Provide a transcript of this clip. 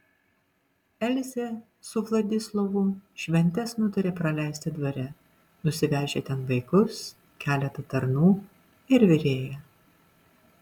elzė su vladislovu šventes nutarė praleisti dvare nusivežę ten vaikus keletą tarnų ir virėją